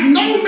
no